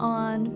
on